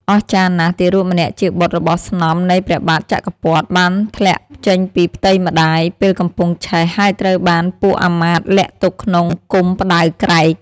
អស្ចារ្យណាស់ ទារកម្នាក់ជាបុត្ររបស់ស្នំនៃព្រះបាទចក្រពត្តិ បានធ្លាក់ចេញពីផ្ទៃម្តាយពេលកំពុងឆេះ ហើយត្រូវបានពួកអាមាត្យលាក់ទុកក្នុងគុម្ពផ្តៅក្រែក ។